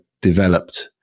developed